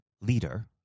leader